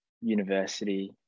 university